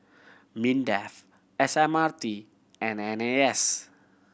MINDEF S M R T and N A S